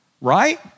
right